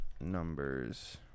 numbers